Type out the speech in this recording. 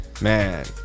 Man